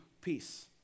peace